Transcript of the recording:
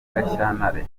gashyantare